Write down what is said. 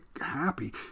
happy